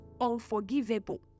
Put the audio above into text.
unforgivable